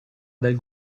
del